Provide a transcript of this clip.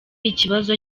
ikibazo